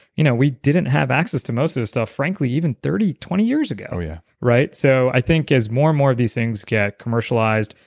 you know we didn't have access to most of this stuff, frankly even thirty, twenty years ago, yeah right? so i think as more and more of these things get commercialized,